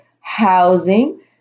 housing